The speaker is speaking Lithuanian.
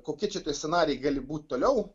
kokie čia tie scenarijai gali būt toliau